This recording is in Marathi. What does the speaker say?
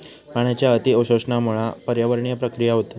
पाण्याच्या अती शोषणामुळा पर्यावरणीय प्रक्रिया होतत